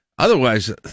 Otherwise